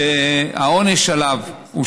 העונש עליהן,